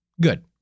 Good